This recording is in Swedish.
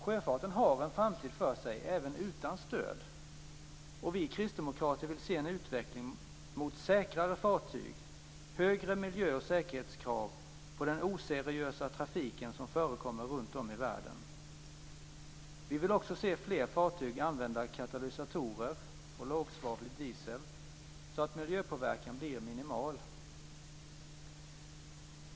Sjöfarten har en framtid för sig även utan stöd, och vi kristdemokrater vill se en utveckling mot säkrare fartyg och större miljö och säkerhetskrav på den oseriösa trafiken som förekommer runt om i världen. Vi vill också se fler fartyg använda katalysatorer och lågsvavlig diesel så att miljöpåverkan blir minimal.